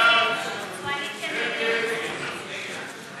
הצעת סיעת המחנה הציוני להביע